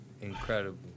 Incredible